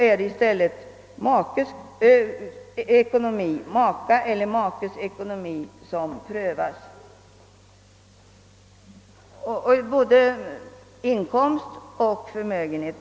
I stället prövas makas eller makes ekonomi, såväl vad beträffar inkomst som förmögenhet.